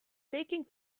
taking